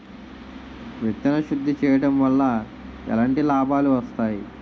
విత్తన శుద్ధి చేయడం వల్ల ఎలాంటి లాభాలు వస్తాయి?